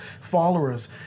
followers